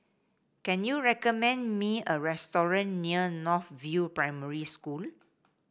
can you recommend me a restaurant near North View Primary School